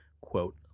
quote